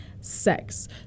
sex